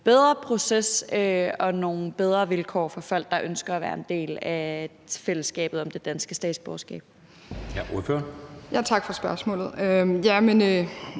bedre proces og nogle bedre vilkår for folk, der ønsker at være en del af fællesskabet om det danske statsborgerskab.